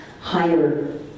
higher